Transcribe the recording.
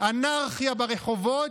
אנרכיה ברחובות,